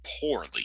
poorly